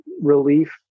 relief